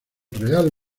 real